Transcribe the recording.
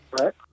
Right